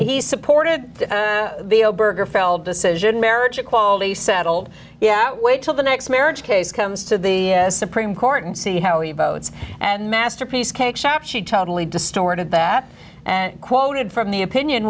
he supported the zero burger fell decision marriage equality settled yet wait till the next marriage case comes to the supreme court and see how he votes and masterpiece cake shop she totally distorted that and quoted from the opinion